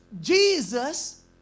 Jesus